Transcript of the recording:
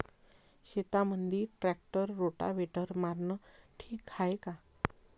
शेतामंदी tractor rotavator मारनं ठीक हाये का?